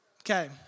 Okay